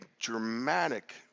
dramatic